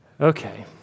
Okay